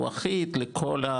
הוא אחיד לכל,